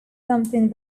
something